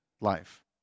life